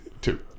two